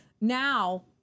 now